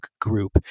group